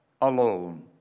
alone